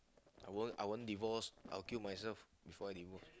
I won't I won't divorce I'll kill myself before I divorce